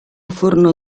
furono